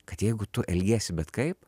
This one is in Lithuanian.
kad jeigu tu elgiesi bet kaip